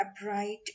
upright